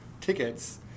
tickets